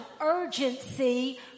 urgency